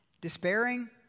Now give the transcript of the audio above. despairing